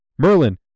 Merlin